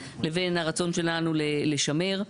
לבין הרצון שלנו לשמר.